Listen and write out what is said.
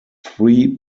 three